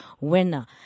winner